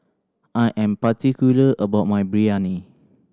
I am particular about my Biryani